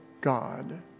God